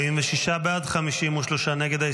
46 בעד, 53 נגד.